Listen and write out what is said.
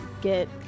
get